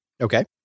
Okay